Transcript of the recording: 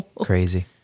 Crazy